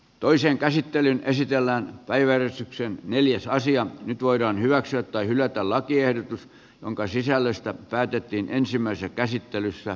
toisen käsittelyn esitellään päiväjärjestyksen neljäs nyt voidaan hyväksyä tai hylätä lakiehdotus jonka sisällöstä päätettiin ensimmäisessä käsittelyssä